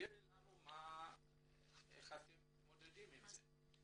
ותסבירי לנו איך אתם מתמודדים עם זה.